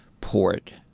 port